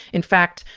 in fact,